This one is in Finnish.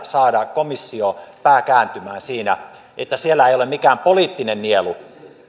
saada komission pää kääntymään että se ei ole mikään poliittinen nielu